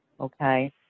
Okay